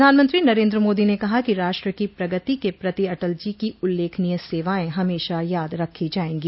प्रधानमंत्री नरेन्द्र मोदी ने कहा कि राष्ट्र की प्रगति के प्रति अटल जी की उल्लेखनीय सेवाएं हमेशा याद रखी जायेगी